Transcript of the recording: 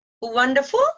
Wonderful